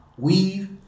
Weave